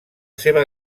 seva